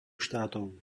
štátov